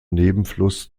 nebenfluss